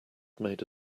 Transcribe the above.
made